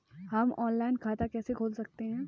हम ऑनलाइन खाता कैसे खोल सकते हैं?